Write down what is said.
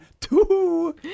two